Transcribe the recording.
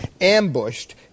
ambushed